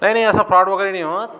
नाही नाही असं फ्रॉड वगैरे नाही होत